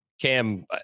Cam